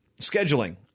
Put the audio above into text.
Scheduling